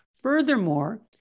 Furthermore